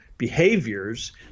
behaviors